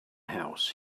house